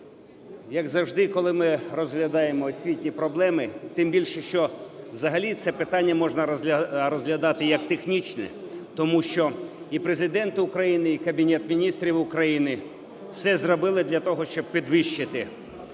Як завжди, коли ми розглядаємо освітні проблеми, тим більше, що взагалі це питання можна розглядати як технічне, тому що і Президент України, і Кабінет Міністрів України все зробили для того, щоб підвищити